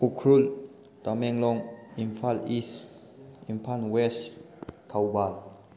Ukhrul Tamenglong Imphal East Imphal West Thoubal